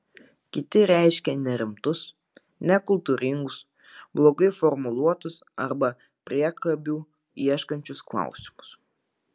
kiti reiškė nerimtus nekultūringus blogai formuluotus arba priekabių ieškančius klausimus